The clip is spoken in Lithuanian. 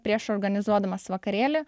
prieš organizuodamas vakarėlį